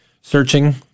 searching